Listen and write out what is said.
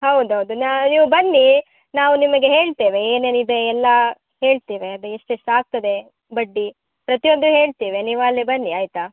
ಹೌದೌದು ನಾ ನೀವು ಬನ್ನಿ ನಾವು ನಿಮಗೆ ಹೇಳ್ತೇವೆ ಏನೇನು ಇದೆ ಎಲ್ಲ ಹೇಳ್ತೇವೆ ಅದು ಎಷ್ಟು ಎಷ್ಟು ಆಗ್ತದೆ ಬಡ್ಡಿ ಪ್ರತಿಯೊಂದು ಹೇಳ್ತೇವೆ ನೀವು ಅಲ್ಲಿ ಬನ್ನಿ ಆಯಿತಾ